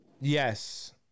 Yes